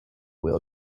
wheel